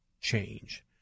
change